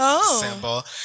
symbol